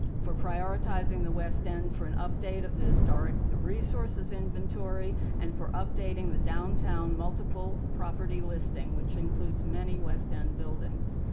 for prioritizing the west end for an update of the historic resources inventory and for updating the downtown multiple property listing, which includes many west end buildings.